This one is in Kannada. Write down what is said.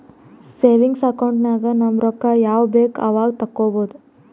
ಸೇವಿಂಗ್ಸ್ ಅಕೌಂಟ್ ನಾಗ್ ನಮ್ ರೊಕ್ಕಾ ಯಾವಾಗ ಬೇಕ್ ಅವಾಗ ತೆಕ್ಕೋಬಹುದು